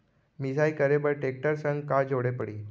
मिसाई करे बर टेकटर संग का जोड़े पड़ही?